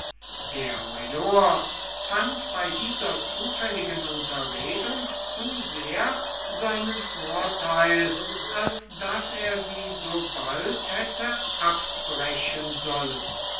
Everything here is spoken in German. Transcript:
der major fand bei dieser zufälligen unterredung zu sehr seinen vorteil als daß er sie so bald hätte abbrechen sollen